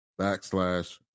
backslash